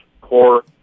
Core